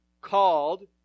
Called